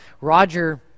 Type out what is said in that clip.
Roger